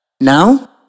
Now